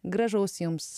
gražaus jums